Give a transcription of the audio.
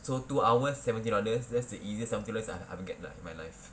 so two hours seventy dollars that's the easiest seventy dollars that I ever get in my life